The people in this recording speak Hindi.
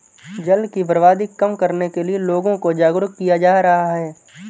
जल की बर्बादी कम करने के लिए लोगों को जागरुक किया जा रहा है